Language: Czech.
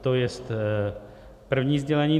To je první sdělení.